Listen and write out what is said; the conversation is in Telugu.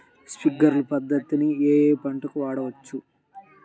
స్ప్రింక్లర్ పద్ధతిని ఏ ఏ పంటలకు వాడవచ్చు?